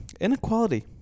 Inequality